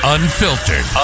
Unfiltered